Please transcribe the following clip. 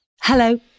Hello